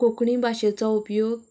कोंकणी भाशेचो उपयोग